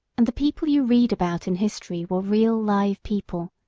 and the people you read about in history were real live people,